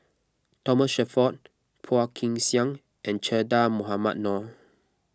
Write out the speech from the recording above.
Thomas Shelford Phua Kin Siang and Che Dah Mohamed Noor